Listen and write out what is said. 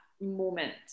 moment